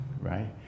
right